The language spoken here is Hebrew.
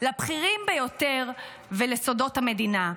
לבכירים ביותר ולסודות המדינה.